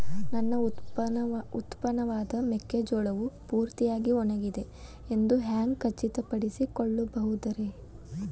ನನ್ನ ಉತ್ಪನ್ನವಾದ ಮೆಕ್ಕೆಜೋಳವು ಪೂರ್ತಿಯಾಗಿ ಒಣಗಿದೆ ಎಂದು ಹ್ಯಾಂಗ ಖಚಿತ ಪಡಿಸಿಕೊಳ್ಳಬಹುದರೇ?